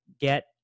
get